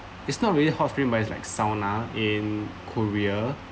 it's not really hot spring but it's like sauna in korea